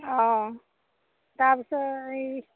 অঁ তাৰপিছত এই